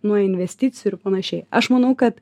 nuo investicijų ir panašiai aš manau kad